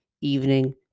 evening